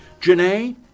Janae